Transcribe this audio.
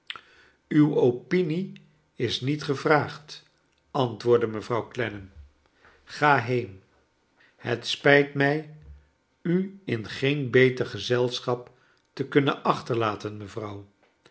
uwe opinie is niet gevraagd antwoordde mevrouw clennam ga heen het spijt mij u in geen beter gezelschap te kunnen achterlaten mevrouw